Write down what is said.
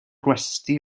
gwesty